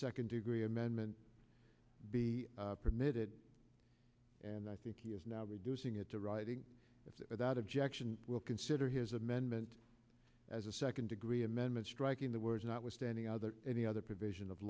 second degree amendment be permitted and i think he is now reducing it to writing without objection we'll consider his amendment as a second degree amendment striking the words notwithstanding other any other provision of